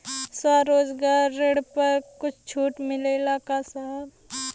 स्वरोजगार ऋण पर कुछ छूट मिलेला का साहब?